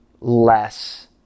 less